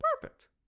perfect